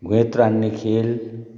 घुँयेत्रो हान्ने खेल